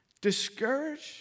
discouraged